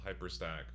HyperStack